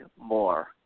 more